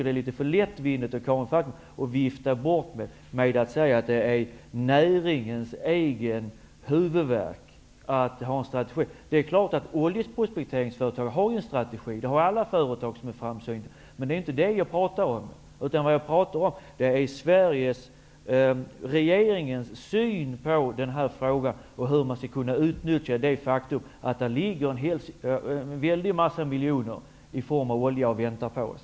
Det är litet för lättvindigt att vifta bort detta med att säga att det är näringens egen huvudvärk att ha en strategi. Självfallet har oljeprospekteringsföretagen en strategi. Det har alla företag som är framsynta. Men det är inte detta jag talar om. Det jag talar om är regeringens syn på denna fråga och hur man skall kunna utnyttja det faktum att det ligger en mängd miljoner i form av olja och väntar på oss.